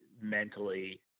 mentally